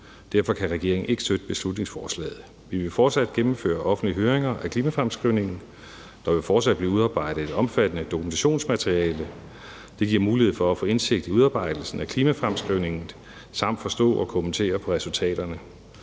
Derfor kan regeringen ikke støtte beslutningsforslaget. Vi vil fortsat gennemføre offentlige høringer af klimafremskrivningen. Der vil fortsat blive udarbejdet et omfattende dokumentationsmateriale. Det giver mulighed for at få indsigt i udarbejdelsen af klimafremskrivningen samt forstå og kommentere på resultaterne.